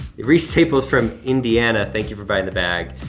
reece staples from indiana, thank you for buying the bag.